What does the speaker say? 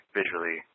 visually